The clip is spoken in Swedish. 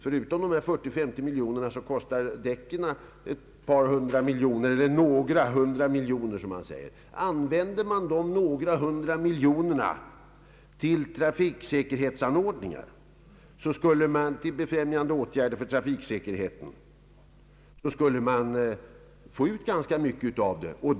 Förutom de nämnda miljonerna kostar dubbdäcken några hundra miljoner kronor. Använder man dessa några hundra miljoner kronor till åtgärder för befrämjande av trafiksäkerheten, skulle man få ut ganska mycket av pengarna.